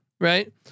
right